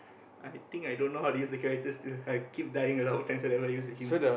I think I don't know how to use the character still I keep dying a lot of times whenever I use with him